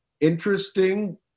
interesting